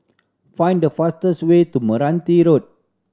find the fastest way to Meranti Road